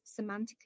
semantically